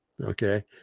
Okay